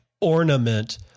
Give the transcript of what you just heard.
ornament